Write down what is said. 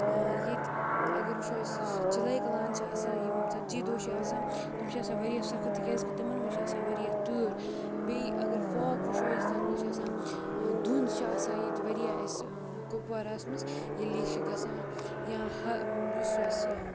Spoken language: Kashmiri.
ییٚتہِ اگر وٕچھو أسۍ یُس یہِ چِلَیکَلان چھِ آسان یِم ژتجی دۄہ چھِ آسان تِم چھِ آسان واریاہ سخت تِکیٛازِکہِ تِمَن منٛز چھِ آسان واریاہ تۭر بیٚیہِ اگر فاگ وٕچھو أسۍ تَتھ منٛز چھِ آسان دھُنٛد چھِ آسان ییٚتہِ واریاہ اَسہِ کُپواراہَس منٛز ییٚلہِ یہِ چھِ گژھان یا یُس اَسہِ